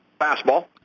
Fastball